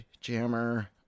Jammer